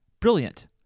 Brilliant